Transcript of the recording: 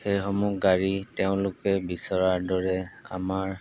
সেইসমূহ গাড়ী তেওঁলোকে বিচৰাৰ দৰে আমাৰ